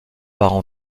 pas